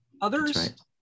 others